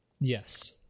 Yes